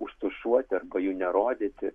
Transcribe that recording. užtušuoti arba jų nerodyti